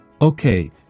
Okay